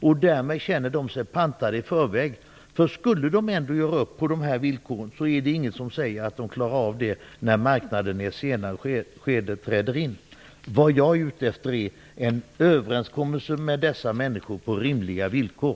Därmed känner dessa människor sig pantade i förväg. Skulle de ändå göra upp på dessa villkor finns det inget som säger att de klarar av det när marknaden i ett senare skede träder in. Jag är ute efter en överenskommelse med dessa människor på rimliga villkor.